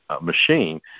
machine